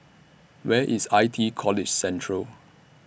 Where IS I T College Central